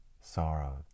sorrow